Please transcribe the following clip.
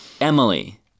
Emily